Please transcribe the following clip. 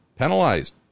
penalized